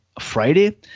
Friday